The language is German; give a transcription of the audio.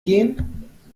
gehen